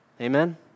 amen